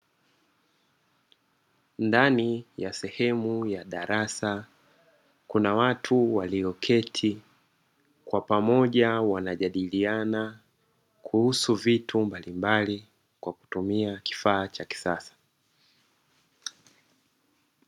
Ndani ya sehemu ya darasa, kuna watu walioketi kwa pamoja wanajadiliana kuhusu vitu mbalimbali kwa kutumia kifaa cha kisasa.